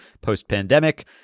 post-pandemic